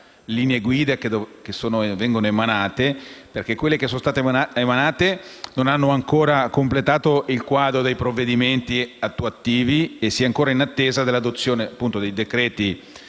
linee guida da emanare, perché quelle già adottate non hanno ancora completato il quadro dei provvedimenti attuativi e si è ancora in attesa dell'adozione degli